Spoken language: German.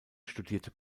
studierte